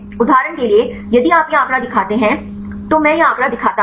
उदाहरण के लिए यदि आप यह आंकड़ा दिखाते हैं तो मैं यह आंकड़ा दिखाता हूं